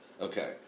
Okay